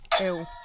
Ew